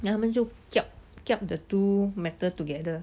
then 他们就 kiap kiap the two metal together